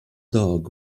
dog